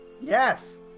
Yes